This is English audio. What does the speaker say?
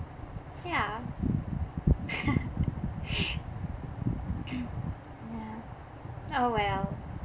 yeah ya oh well